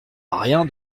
rien